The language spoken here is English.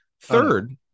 Third